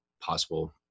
possible